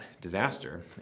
disaster